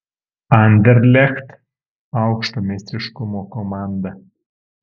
anderlecht aukšto meistriškumo komanda